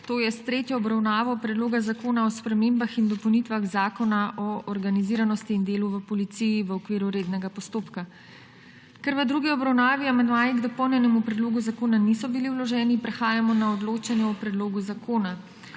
s tretjo obravnavo Predloga zakona o spremembah in dopolnitvah Zakona o organiziranosti in delu v policiji v okviru rednega postopka.** Ker v drugi obravnavi amandmaji k dopolnjenemu predlogu zakona niso bili vloženi, prehajamo na odločanje o predlogu zakona.